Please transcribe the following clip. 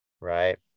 Right